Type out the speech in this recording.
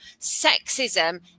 sexism